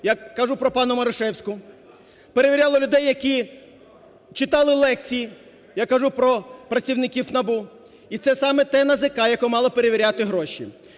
я кажу про пані Марушевську, перевіряли людей, які читали лекції, я кажу про працівників НАБУ, і це саме те НАЗК, яке мало перевіряти гроші.